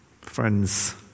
Friends